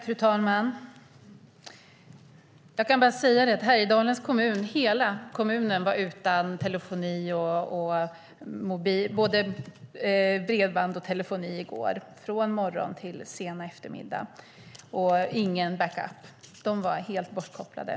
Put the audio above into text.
Fru talman! Hela Härjedalens kommun var utan bredband och telefoni i går från morgon till sen eftermiddag, och det fanns ingen backup. De var helt bortkopplade.